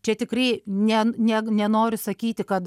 čia tikrai ne ne nenoriu sakyti kad